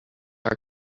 our